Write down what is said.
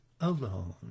alone